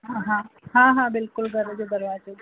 हा हा हा हा बिल्कुलु घर जे भरिया ताईं